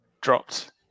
dropped